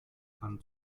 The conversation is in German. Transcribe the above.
kann